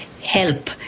help